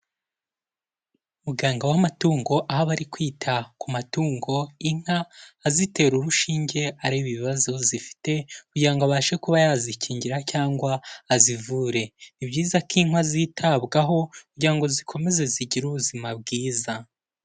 Muganga w'amatungo, aho aba ari kwita ku matungo; inka azitera urushinge areba ibibazo zifite kugira ngo abashe kuba yazikingira cyangwa azivure. Ni byiza ko inka zitabwaho kugira ngo zikomeze zigire ubuzima bwiza.